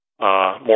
more